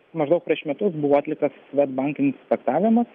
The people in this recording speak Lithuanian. maždaug prieš metus buvo atliktas svedbank inspektavimas